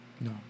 No